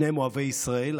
שניהם אוהבי ישראל,